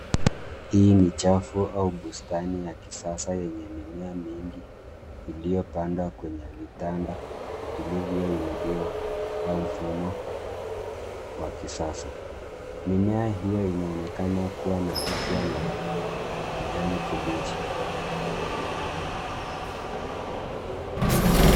Hii ni chafu au bustani ya kisasa yenye mimea mingi iliyopandwa kwenye vitanda vilivyo inuliwa kwa mfumo wa kisasa. Mimea hiyo inaonekana kuwa na afya na kijani kibichi.